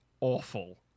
awful